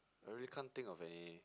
I really can't think of any